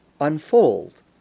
unfold